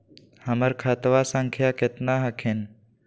हमर खतवा संख्या केतना हखिन?